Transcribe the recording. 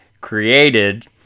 created